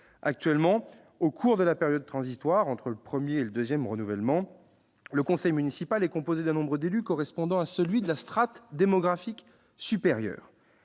Actuellement, au cours de la période transitoire, entre le premier et le deuxième renouvellement, le conseil municipal est composé d'un nombre d'élus correspondant à celui de la strate démographique supérieure.